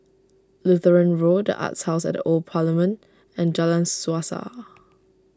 Lutheran Road Arts House at the Old Parliament and Jalan Suasa